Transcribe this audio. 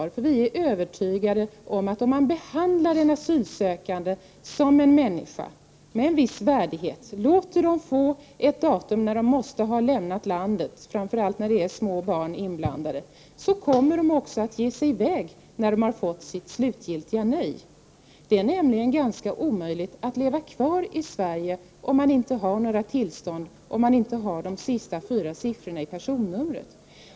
Vii folkpartiet är övertygade att om man behandlar de asylsökande som människor och med en viss värdighet — och låter dem, framför allt när det är små barn inblandade, få veta det datum när de måste ha lämnat landet — kommer de också att ge sig i väg när de har fått sitt slutgiltiga nej. Det är nästan omöjligt för flyktingar att leva kvar i Sverige om de inte har några tillstånd och de sista fyra siffrorna i personnumret.